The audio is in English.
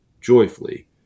joyfully